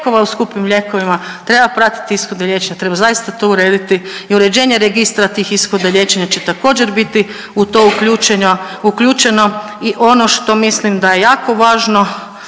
U skupim lijekovima treba pratiti ishode liječenja, treba zaista to urediti i uređenje registra tih ishoda i liječenje će također biti u to uključeno. I ono što mislim da je jako važno